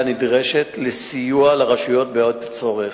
אלא נדרשת לסיוע לרשויות בעת הצורך,